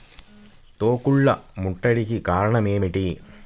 తెగుళ్ల ముట్టడికి కారణం ఏమిటి?